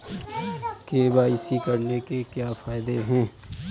KYC करने के क्या क्या फायदे हैं?